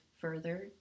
further